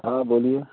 हाँ बोलिए